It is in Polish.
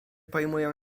pojmuję